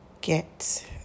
get